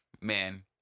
man